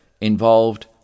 involved